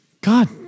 God